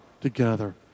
together